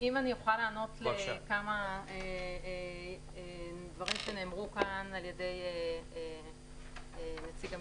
אם אני אוכל לענות לכמה דברים שנאמרו כאן על-ידי נציג אמישראגז: